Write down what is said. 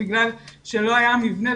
בגלל שלא היה מבנה.